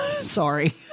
Sorry